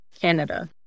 Canada